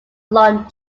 long